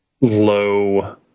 low